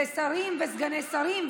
זה שרים וסגני שרים,